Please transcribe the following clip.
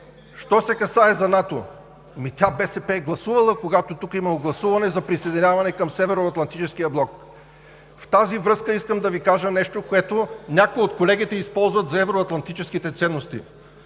Що се касае за НАТО – ами тя БСП е гласувала, когато тук е имало гласуване за присъединяване към Северноатлантическия блок. В тази връзка искам да Ви кажа нещо, което някои от колегите използват за евроатлантическите ценности.